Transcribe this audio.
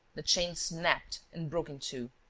the chain snapped and broke in two.